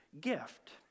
gift